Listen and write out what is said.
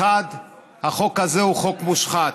1. החוק הזה הוא חוק מושחת.